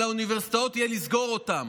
על האוניברסיטאות יהיה לסגור אותם.